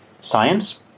Science